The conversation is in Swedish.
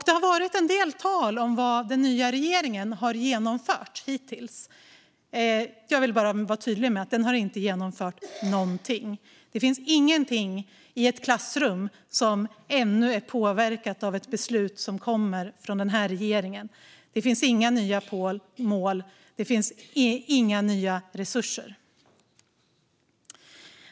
Det har talats en del om vad den nya regeringen har genomfört hittills. Jag vill vara tydlig med att den inte har genomfört någonting. Det finns ingenting i ett klassrum som ännu är påverkat av ett beslut som kommer från denna regering. Det finns inga nya mål eller nya resurser.